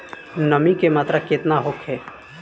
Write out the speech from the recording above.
नमी के मात्रा केतना होखे?